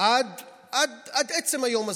עד עצם היום הזה.